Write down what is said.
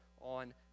on